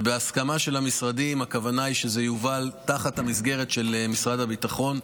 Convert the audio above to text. ובהסכמה של המשרדים הכוונה היא שזה יובל תחת המסגרת של משרד הביטחון.